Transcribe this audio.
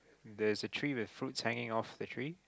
there's a tree with fruits hanging off the tree